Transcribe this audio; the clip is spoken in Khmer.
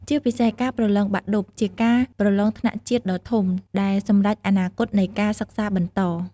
ជាពិសេស ការប្រឡងបាក់ឌុបជាការប្រឡងថ្នាក់ជាតិដ៏ធំ ដែលសម្រេចអនាគតនៃការសិក្សាបន្ត។